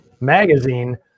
magazine